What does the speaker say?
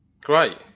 Great